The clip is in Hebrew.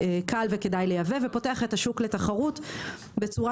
קל וכדאי לייבא ופותח את השוק לתחרות בצורה